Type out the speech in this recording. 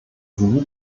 sie